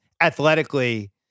athletically